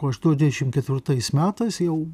aštuoniasdešimt ketvirtais metais jau